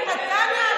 נתניה,